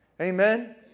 Amen